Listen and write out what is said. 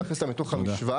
להכניס אותם לתוך המשוואה,